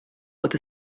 with